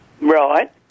Right